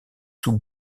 sous